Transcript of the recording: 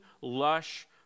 lush